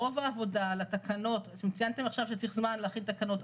רוב העבודה על התקנות - אתם ציינתם עכשיו צריך זמן להכין תקנות.